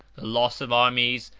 the loss of armies,